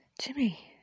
Jimmy